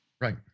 right